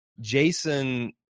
jason